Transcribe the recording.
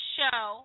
show